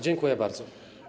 Dziękuję bardzo.